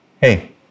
hey